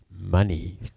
money